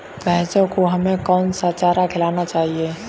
भैंसों को हमें कौन सा चारा खिलाना चाहिए?